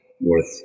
worth